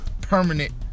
permanent